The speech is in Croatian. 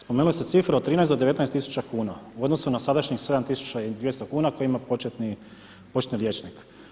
Spomenu ste cifre od 13-19 tisuća kuna u odnosu na sadašnjih 7200 kuna koje ima početni liječnik.